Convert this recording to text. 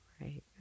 Right